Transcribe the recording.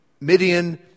Midian